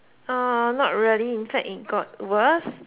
hmm not really in fact it got worse